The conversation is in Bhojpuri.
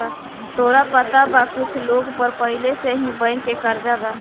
तोहरा पता बा कुछ लोग पर पहिले से ही बैंक के कर्जा बा